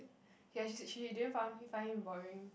ya she said she didn't found find him boring